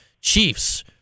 Chiefs